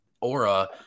aura